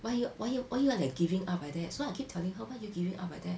why you why you why you are like giving up like that so I keep telling her why are you giving up like that